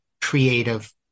creative